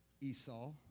Esau